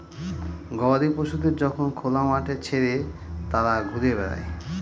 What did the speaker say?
গবাদি পশুদের যখন খোলা মাঠে ছেড়ে তারা ঘুরে বেড়ায়